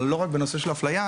אבל לא רק הנושא של אפליה.